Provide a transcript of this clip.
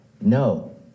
no